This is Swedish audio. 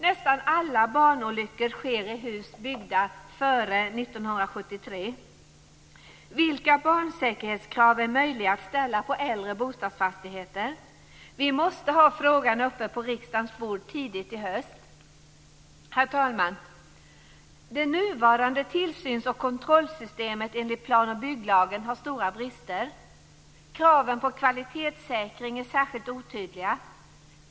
Nästan alla barnolyckor sker i hus byggda före 1973. Vilka barnsäkerhetskrav är möjliga att ställa på äldre bostadsfastigheter? Vi måste ha frågan uppe på riksdagens bord tidigt i höst. Herr talman! Det nuvarande tillsyns och kontrollsystemet enligt plan och bygglagen har stora brister. Kraven på kvalitetssäkring är särskilt otydliga.